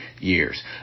years